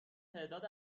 تعداد